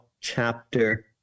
Chapter